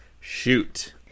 Shoot